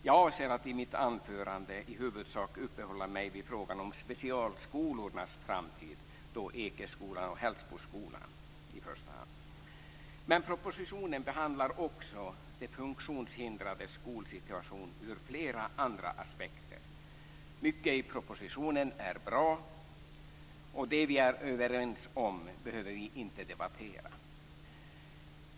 Jag avser att i mitt anförande i huvudsak uppehålla mig vid frågan om specialskolornas framtid, Ekeskolan och Hällsboskolan i första hand. Men propositionen behandlar också de funktionshindrades skolsituation ur flera andra aspekter. Mycket i propositionen är bra, och det vi är överens om behöver vi inte debattera.